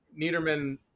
Niederman